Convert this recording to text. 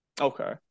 Okay